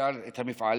אפשר את המפעלים,